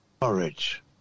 courage